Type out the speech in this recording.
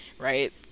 Right